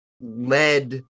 led